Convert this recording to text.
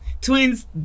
twins